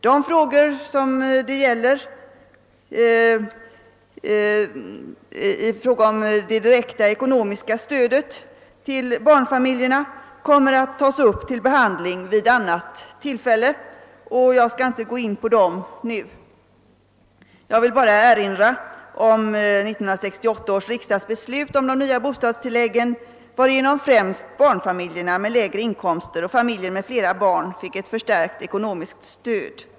De frågor som det gäller beträffande det direkta ekonomiska stödet till barnfamiljerna kommer att tas upp till behandling vid annat tillfälle, och jag skall inte gå in på dem nu. Jag vill bara erinra om 1968 års riksdagsbeslut om de nya bostadstilläggen, varigenom främst barnfamiljer med lägre inkomster och flera barn fick ett förstärkt ekonomiskt stöd.